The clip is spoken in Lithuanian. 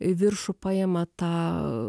viršų paima ta